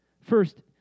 First